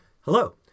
hello